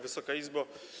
Wysoka Izbo!